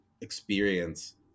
experience